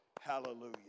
hallelujah